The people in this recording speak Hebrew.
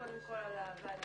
אז לברך קודם כל על הוועדה,